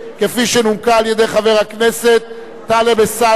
כפי שנומקה על-ידי חבר הכנסת טלב אלסאנע.